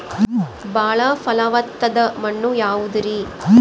ಬಾಳ ಫಲವತ್ತಾದ ಮಣ್ಣು ಯಾವುದರಿ?